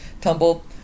tumble